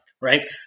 right